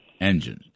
engine